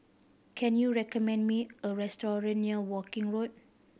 can you recommend me a restaurant near Woking Road